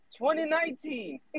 2019